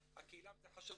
החינוך.